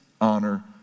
honor